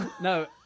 no